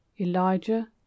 Elijah